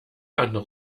andere